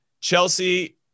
Chelsea